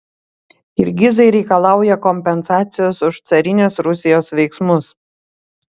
kirgizai reikalauja kompensacijos už carinės rusijos veiksmus